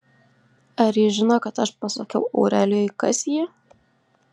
ar ji žino kad aš pasakiau aurelijui kas ji